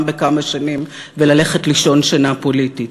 בכמה שנים וללכת לישון שינה פוליטית.